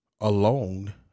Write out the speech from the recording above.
alone